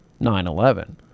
9-11